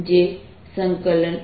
તો આપણે F